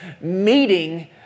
meeting